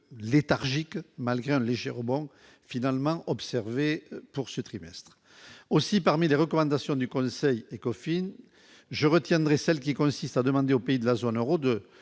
léthargique, malgré un léger rebond finalement observé pour ce trimestre aussi parmi les recommandations du Conseil Ecofine je retiendrai celles qui consiste à demander aux pays de la zone Euro